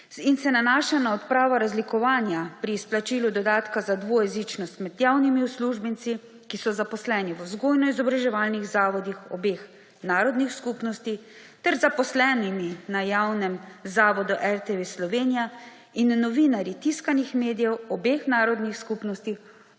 in se nanaša na odpravo razlikovanja pri izplačilu dodatka za dvojezičnost med javnimi uslužbenci, ki so zaposleni v vzgojno-izobraževalnih zavodih obeh narodnih skupnosti, ter zaposlenimi na javnem zavodu RTV Slovenija in novinarji tiskanih medijev obeh narodnih skupnosti,